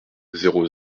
zéro